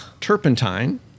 Turpentine